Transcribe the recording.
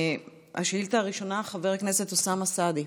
השאילתה הראשונה, חבר הכנסת אוסאמה סעדי.